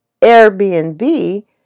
Airbnb